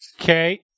Okay